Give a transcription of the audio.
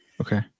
Okay